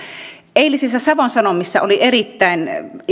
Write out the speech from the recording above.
eilisessä savon sanomissa oli erittäin